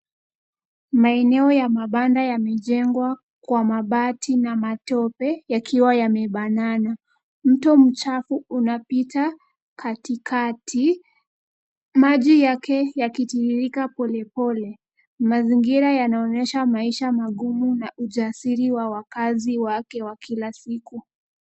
Maeneo ya mabanda yamejengwa kwa mabati na matope yakiwa yamebanana. Mto mchafu unapita katikati, maji yake yakitiririka polepole. Mazingira yanaonyesha maisha magumu na ujasiri wa wakazi wake wa kila siku.